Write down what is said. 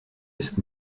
ist